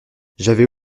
j’avais